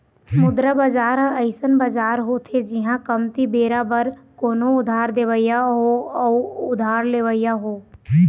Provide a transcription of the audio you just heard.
मुद्रा बजार ह अइसन बजार होथे जिहाँ कमती बेरा बर कोनो उधार देवइया हो अउ उधार लेवइया हो